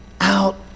out